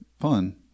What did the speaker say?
fun